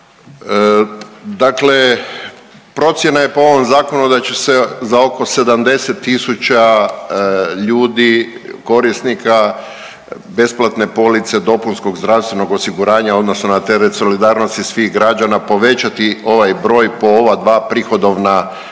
Dakle procjena je po ovom Zakonu da će se za oko 70 tisuća ljudi, korisnika besplatne police dopunskog zdravstvenog osiguranja u odnosu na teret solidarnosti svih građana povećati ovaj broj po ova dva prihodovna cenzusa.